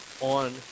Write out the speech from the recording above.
on